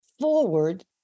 forward